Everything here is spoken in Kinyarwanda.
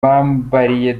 bambariye